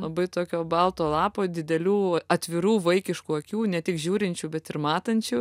labai tokio balto lapo didelių atvirų vaikiškų akių ne tik žiūrinčių bet ir matančių